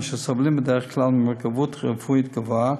אשר סובלים בדרך כלל ממורכבות רפואית גבוהה,